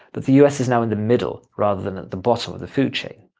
but the us is now in the middle rather than at the bottom of the food chain.